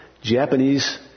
Japanese